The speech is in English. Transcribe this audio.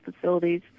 facilities